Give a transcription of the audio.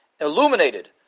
illuminated